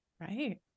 Right